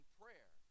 prayer